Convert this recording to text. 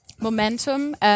momentum